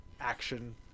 action